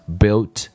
built